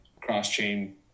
cross-chain